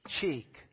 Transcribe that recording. cheek